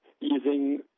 using